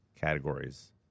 categories